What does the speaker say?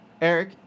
Eric